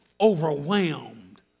overwhelmed